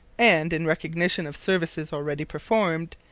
and, in recognition of services already performed,